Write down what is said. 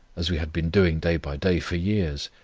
as we had been doing day by day for years,